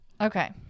Okay